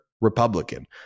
Republican